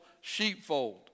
sheepfold